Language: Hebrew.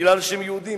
בגלל היותם יהודים,